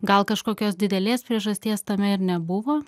gal kažkokios didelės priežasties tame ir nebuvo